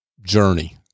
journey